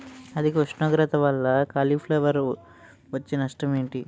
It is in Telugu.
అధిక ఉష్ణోగ్రత వల్ల కాలీఫ్లవర్ వచ్చే నష్టం ఏంటి?